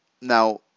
Now